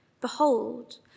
behold